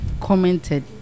commented